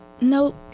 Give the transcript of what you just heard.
Nope